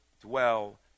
dwell